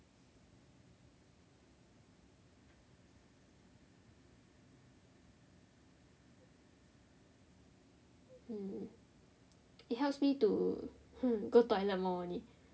it helps me to hmm go toilet more only